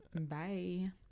Bye